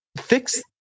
fix